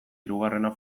hirugarrena